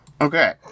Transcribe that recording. okay